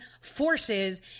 forces